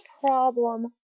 problem